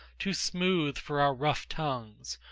too smooth for our rough tongues,